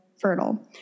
fertile